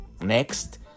Next